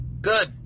Good